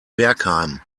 bergheim